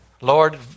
Lord